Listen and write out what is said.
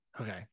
Okay